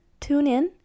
TuneIn